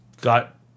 Got